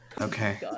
Okay